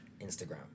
Instagram